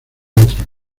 otros